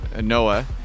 Noah